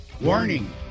warning